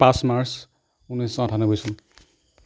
পাঁচ মাৰ্চ ঊনৈছশ আঠান্নব্বৈ চন